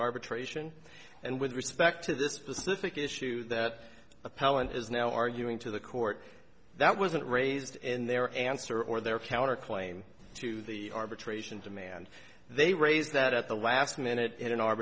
arbitration and with respect to the specific issue that appellant is now arguing to the court that wasn't raised in their answer or their counter claim to the arbitration demand they raised that at the last minute